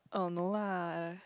oh no lah